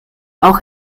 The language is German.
auch